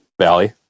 valley